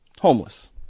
Homeless